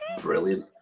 brilliant